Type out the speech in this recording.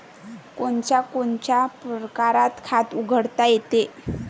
कोनच्या कोनच्या परकारं खात उघडता येते?